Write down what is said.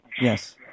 Yes